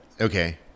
Okay